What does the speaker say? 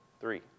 Three